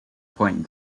point